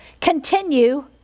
continue